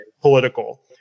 political